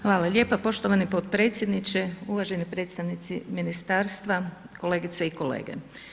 Hvala lijepa poštovani potpredsjedniče, uvaženi predstavnici ministarstva, kolegice i kolege.